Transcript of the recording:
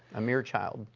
a mere child.